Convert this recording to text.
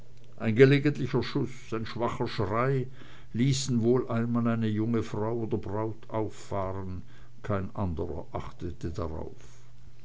ein gelegentlicher schuß ein schwacher schrei ließen wohl einmal eine junge frau oder braut auffahren kein anderer achtete darauf